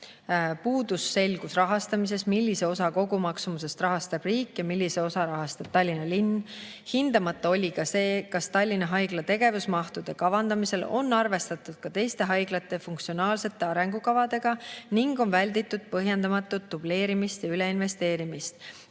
Puudus selgus rahastamises: millise osa kogumaksumusest rahastab riik ja millise osa rahastab Tallinna linn. Hindamata oli ka see, kas Tallinna Haigla tegevusmahtude kavandamisel on arvestatud ka teiste haiglate funktsionaalsete arengukavadega ning on välditud põhjendamatut dubleerimist ja üleinvesteerimist.